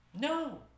No